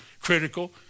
critical